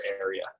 area